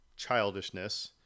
Childishness